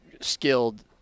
skilled